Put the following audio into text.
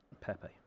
Pepe